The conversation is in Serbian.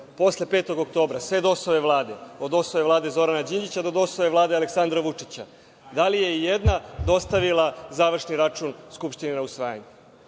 posle 5. oktobra, sve DOS-ove vlade, od DOS-ove vlade Zorana Đinđića do DOS-ove vlade Aleksandra Vučića, da li je i jedna dostavila završni račun Skupštini na usvajanje?